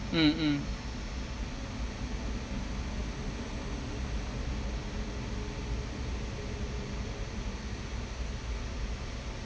mm mm